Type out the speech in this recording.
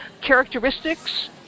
Characteristics